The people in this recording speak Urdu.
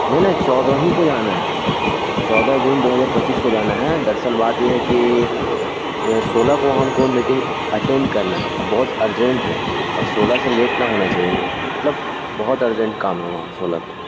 نہیں نہیں چودہ ہی کو جانا ہے چودہ جون دو ہزار پچیس کو جانا ہے دراصل بات یہ ہے کہ سولہ کو ہم کو میٹنگ اٹینڈ کرنا ہے اور بہت ارجینٹ ہے اور سولہ سے لیٹ نہ ہونا چاہیے مطلب بہت ارجنٹ کام ہے وہاں سولہ کو